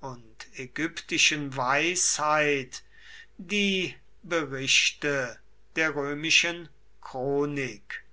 und ägyptischen weisheit die berichte der römischen chronik